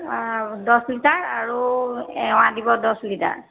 দহ লিটাৰ আৰু এৱাঁ দিব দহ লিটাৰ